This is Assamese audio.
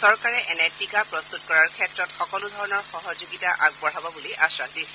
চৰকাৰে এনে টীকা প্ৰস্তত কৰাৰ ক্ষেত্ৰত সকলোধৰণৰ সহযোগিতা আগবঢ়াব বুলি আশ্বাস দিছে